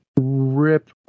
rip